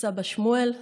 סבא שמואל,